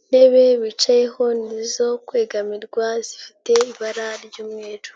intebe bicayeho ni izo kwegamirwa zifite ibara ry'umweru.